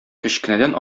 кечкенәдән